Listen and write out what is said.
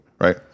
right